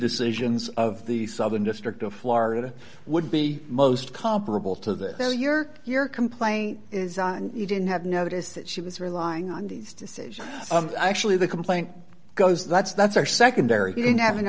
decisions of the southern district of florida would be most comparable to the year your complaint is you didn't have noticed that she was relying on these decisions actually the complaint goes that's that's our secondary he didn't have an